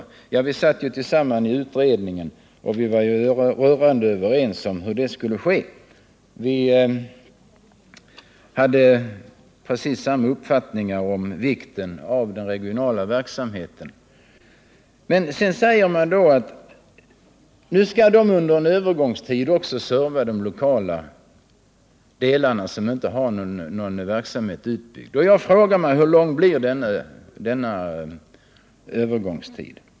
Ingegärd Oskarsson och jag satt tillsammans i RKV-utredningen och var rörande överens om vilka uppgifter de skulle ha. Vi hade precis samma uppfattning om vikten av den regionala verksamheten. Men nu sägs att de regionala handläggarna under en övergångstid också skall serva lokala delar som inte har någon verksamhet utbyggd. Jag frågar mig då: Hur lång blir denna övergångstid?